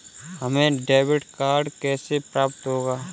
हमें debit card कैसे प्राप्त होगा?